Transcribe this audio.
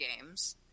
games